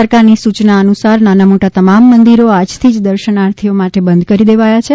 સરકારની સૂચના અનુસાર નાના મોટાં તમામ મંદિરો આજથી જ દર્શાનાર્થીઓ માટે બંધ કરી દેવાયા છે